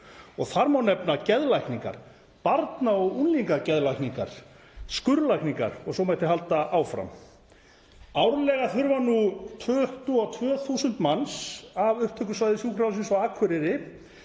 og þar má nefna geðlækningar, barna- og unglingageðlækningar, skurðlækningar og svo mætti halda áfram. Árlega þurfa nú 22.000 manns af upptökusvæði Sjúkrahússins á Akureyri